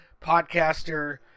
podcaster